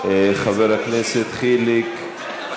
חבר הכנסת חיליק בר,